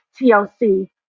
TLC